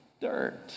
dirt